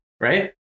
right